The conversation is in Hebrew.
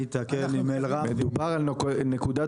מדובר על נקודת